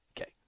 Okay